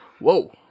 Whoa